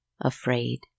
afraid